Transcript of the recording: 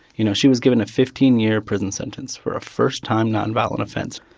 you know, she was given a fifteen year prison sentence for a first-time nonviolent offense.